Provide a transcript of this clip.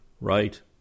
Right